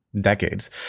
decades